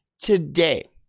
today